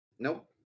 Nope